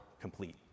complete